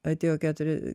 atėjo keturi